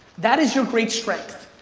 that is your great strength,